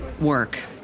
work